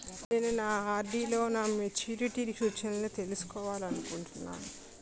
నేను నా ఆర్.డి లో నా మెచ్యూరిటీ సూచనలను తెలుసుకోవాలనుకుంటున్నాను